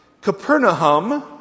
Capernaum